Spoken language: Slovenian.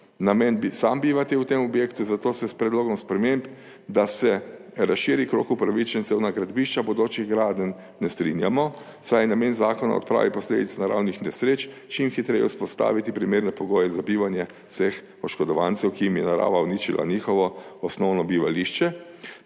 namen sam bivati v tem objektu, zato se s predlogom sprememb, da se razširi krog upravičencev na gradbišča bodočih gradenj ne strinjamo, saj je namen zakona o odpravi posledic naravnih nesreč čim hitreje vzpostaviti primerne pogoje za bivanje vseh oškodovancev, ki jim je narava uničila njihovo osnovno bivališče.